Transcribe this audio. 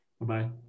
Bye-bye